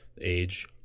age